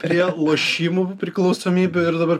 prie lošimų priklausomybių ir dabar